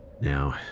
Now